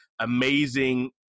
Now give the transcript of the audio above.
amazing